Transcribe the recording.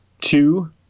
two